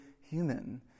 human